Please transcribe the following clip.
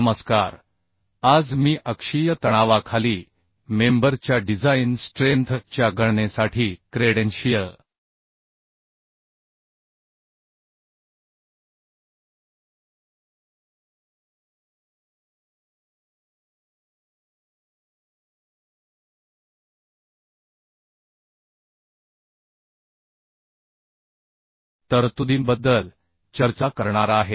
नमस्कार आज मी अक्षीय तणावाखाली मेंबर च्या डिझाइन स्ट्रेंथ च्या गणनेसाठी क्रेडेन्शियल तरतुदींबद्दल चर्चा करणार आहे